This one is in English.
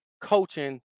coaching